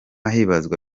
hibazwa